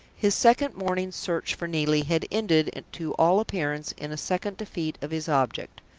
his second morning's search for neelie had ended to all appearance in a second defeat of his object.